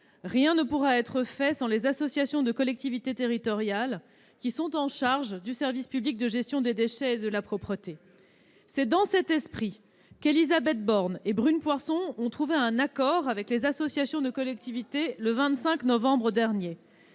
rien ne pourra être fait sans les associations de collectivités territoriales qui sont chargées du service public de gestion des déchets et de la propreté. C'est dans cet esprit qu'Élisabeth Borne et Brune Poirson ont trouvé un accord avec les associations de collectivités, le 25 novembre dernier